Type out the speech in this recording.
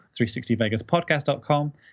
360vegaspodcast.com